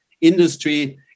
industry